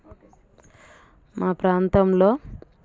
మా ప్రాంతంలో